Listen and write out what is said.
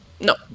No